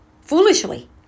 foolishly